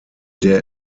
der